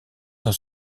dans